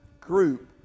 group